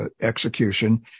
execution